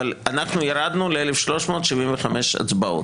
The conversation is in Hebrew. אבל אנחנו ירדנו ל-1,375 הצבעות.